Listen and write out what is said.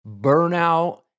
burnout